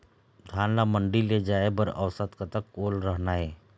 धान ला मंडी ले जाय बर औसत कतक ओल रहना हे?